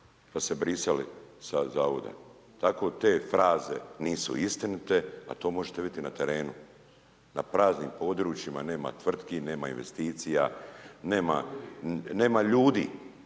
Pa se brisali sa Zavoda. Tako te fraze nisu istinite, a to možete vidjeti na terenu, na praznim područjima nema tvrtki, nema investicija, nema ljudi,